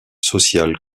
social